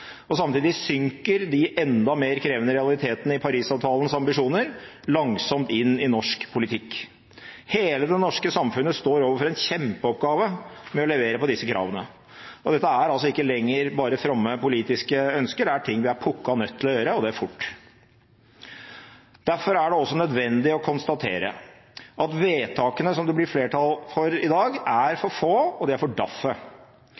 Samtidig synker de enda mer krevende realitetene i Paris-avtalens ambisjoner langsomt inn i norsk politikk. Hele det norske samfunnet står overfor en kjempeoppgave med å levere på disse kravene, og dette er altså ikke lenger bare fromme politiske ønsker, det er ting vi er pukka nødt til å gjøre, og det fort. Derfor er det også nødvendig å konstatere at vedtakene som det blir flertall for i dag, er for få, og de er for